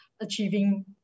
achieving